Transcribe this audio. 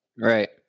Right